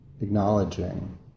acknowledging